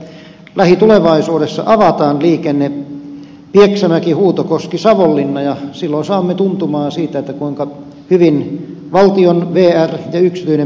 minä uskon että lähitulevaisuudessa avataan liikenne pieksämäkihuutokoskisavonlinna ja silloin saamme tuntumaa siitä kuinka hyvin valtion vr ja yksityinen pääsevät yhteistyöhön